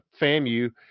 FAMU